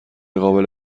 قابل